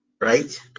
Right